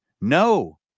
no